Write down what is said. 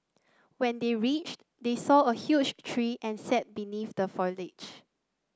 when they reached they saw a huge tree and sat beneath the foliage